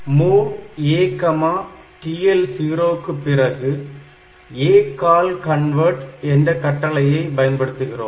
Move A TL0 க்கு பிறகு ACALL CONVERT என்ற கட்டளையை பயன்படுத்துகிறோம்